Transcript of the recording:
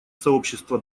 сообщества